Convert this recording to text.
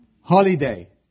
holiday